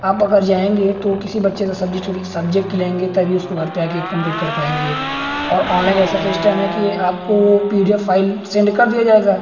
अब अगर जाएंगे तो किसी बच्चे से सब्जेट सब्जेक्ट लेंगे तभी उसको घर पर आ कर कंप्लीट कर पाएंगे और ऑनलाइन ऐसा सिस्टम है कि आपको P D F file send कर दिया जाएगा